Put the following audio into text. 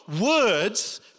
words